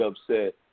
upset